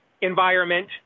environment